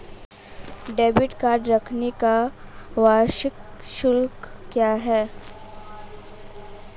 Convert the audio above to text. Debit card रखने का वार्षिक शुल्क क्या है?